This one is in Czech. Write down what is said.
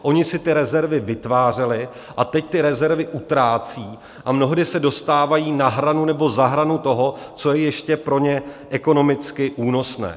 Oni si ty rezervy vytvářeli a teď ty rezervy utrácejí a mnohdy se dostávají na hranu nebo za hranu toho, co je ještě pro ně ekonomicky únosné.